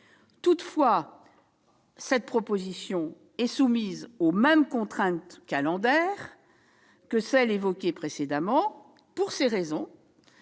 Toutefois, cette proposition est soumise aux mêmes contraintes calendaires que celles évoquées précédemment. Pour cette raison,